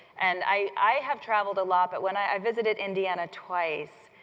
and i i have traveled a lot, but when i visited indiana twice,